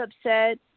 upset